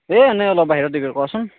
এ এনেই অলপ বাহিৰত ক'চোন